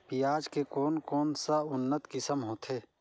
पियाज के कोन कोन सा उन्नत किसम होथे?